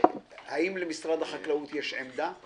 האם למשרד החקלאות יש עמדה?